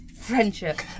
friendship